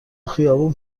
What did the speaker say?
خیابون